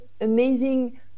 amazing